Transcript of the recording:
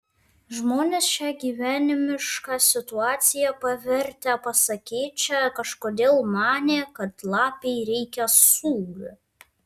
žmonės šią gyvenimišką situaciją pavertę pasakėčia kažkodėl manė kad lapei reikia sūrio